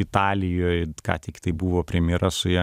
italijoj ką tik tai buvo premjera su ja